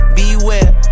beware